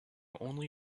only